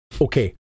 Okay